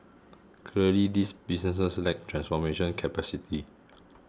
clearly these businesses lack transformation capacity